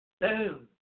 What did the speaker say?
boom